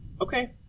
okay